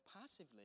passively